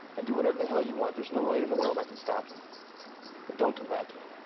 and do whatever the hell you want. there's no way in the world i can stop you. but don't come back here.